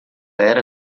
era